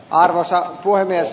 arvoisa puhemies